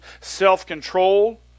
self-control